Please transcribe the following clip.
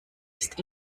ist